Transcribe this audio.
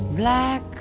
black